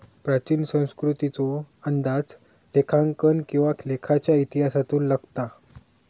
प्राचीन संस्कृतीचो अंदाज लेखांकन किंवा लेखाच्या इतिहासातून लागता